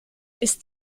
ist